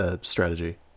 strategy